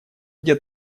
где